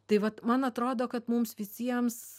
tai vat man atrodo kad mums visiems